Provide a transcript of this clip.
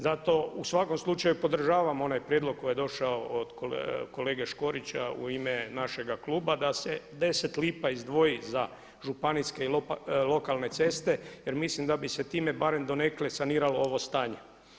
Zato u svakom slučaju podržavam onaj prijedlog koji je došao od kolege Škorića u ime našega kluba da se 10 lipa izdvoji za županijske i lokalne ceste, jer mislim da bi se time barem donekle saniralo ovo stanje.